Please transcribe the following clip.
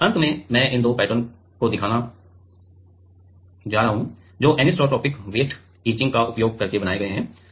अंत में मैं इन दो पैटर्नों को दिखाने जा रहा हूँ जो अनिसोट्रोपिक वेट इचिंग का उपयोग करके बनाए गए हैं